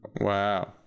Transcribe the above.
Wow